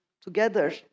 together